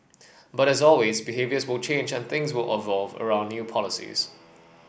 but as always behaviours will change and things will around new policies